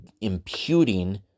imputing